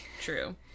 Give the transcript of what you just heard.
true